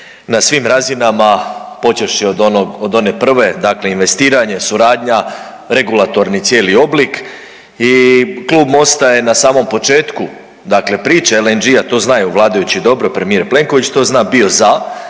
na svim razinama počevši od one prve, dakle investiranje, suradnja, regulatorni cijeli oblik. I klub MOST-a je na samom početku, dakle priče LNG-a to znaju vladajući dobro, premijer Plenković to zna bio za